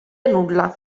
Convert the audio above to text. nulla